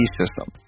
system